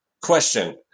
Question